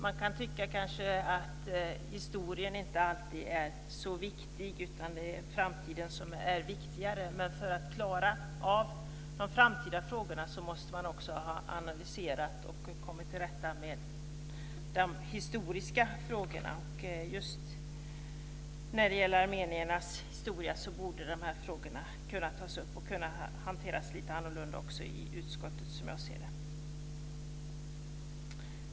Man kan kanske tycka att historien inte alltid är så viktig utan att framtiden är viktigare. Men för att klara av de framtida frågorna måste man också analysera och komma till rätta med de historiska frågorna. Just när det gäller armeniernas historia borde de här frågorna kunna tas upp och hanteras lite annorlunda också i utskottet, som jag ser det.